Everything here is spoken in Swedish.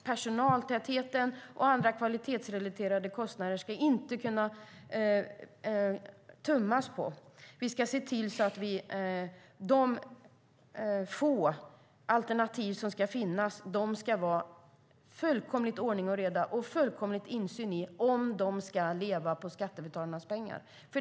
Personaltäthet och andra kvalitetsrelaterade kostnader ska inte kunna tummas på. I de få alternativ som ska finnas ska det vara ordning och reda och fullständig insyn om de ska leva på skattebetalarnas pengar.